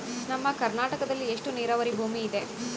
ನಮ್ಮ ಕರ್ನಾಟಕದಲ್ಲಿ ಎಷ್ಟು ನೇರಾವರಿ ಭೂಮಿ ಇದೆ?